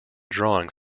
drawing